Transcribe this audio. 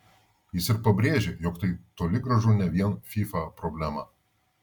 jis ir pabrėžė jog tai toli gražu ne vien fifa problema